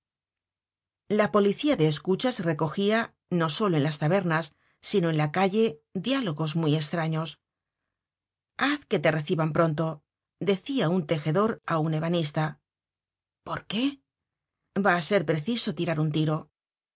la policía de escuchas recogia no solo en las tabernas sino en la calle diálogos muy estraños haz que te reciban pronto decia un tejedor á un ebanista por qué ya á ser preciso tirar un tiro